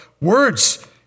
words